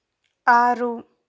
ఆరు